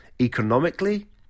economically